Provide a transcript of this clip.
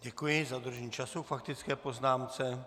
Děkuji za dodržení času k faktické poznámce.